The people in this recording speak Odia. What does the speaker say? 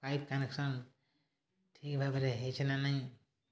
ପାଇପ୍ କନେକ୍ସନ୍ ଠିକ୍ ଭାବରେ ହେଇଛେ ନା ନାଇଁ